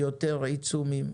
יותר עיצומים,